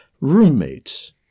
Roommates